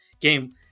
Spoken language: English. game